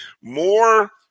more